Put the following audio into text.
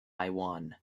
taiwan